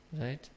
Right